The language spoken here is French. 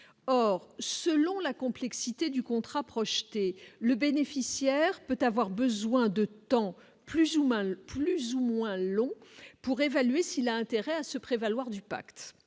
or selon la complexité du contrat projeté le bénéficiaire peut avoir besoin de temps plus ou moins le plus ou moins long pour évaluer s'il a intérêt à se prévaloir du pacte